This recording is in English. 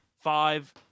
five